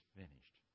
finished